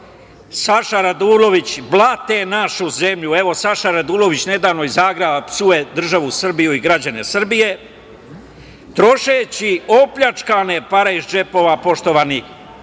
Saša Radulović blate našu zemlju. Evo, Saša Radulović nedavno psuje državu Srbiju i građane Srbije, trošeći opljačkane pare iz džepova poštovanih